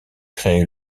créée